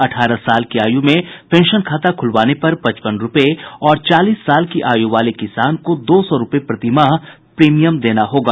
अठारह साल की आयू में पेंशन खाता खुलवाने पर पचपन रूपये और चालीस साल की आयू वाले किसान को दो सौ रूपये प्रति माह प्रीमियम देना होगा